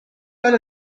على